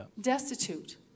destitute